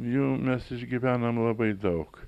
jų mes išgyvenam labai daug